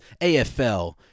AFL